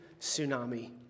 tsunami